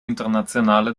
internazionale